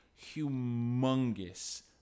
humongous